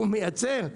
הוא מייצר,